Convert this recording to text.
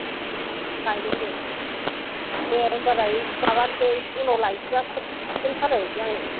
लायनो होनदों दे होनबालाय माबासै उनाव लायसैबा फन खालायहरसै आङो